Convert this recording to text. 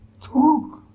talk